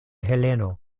heleno